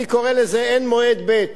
אני קורא לזה, אין מועד ב'.